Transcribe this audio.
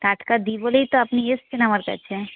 টাটকা দিই বলেই তো আপনি এসছেন আমার কাছে